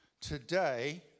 Today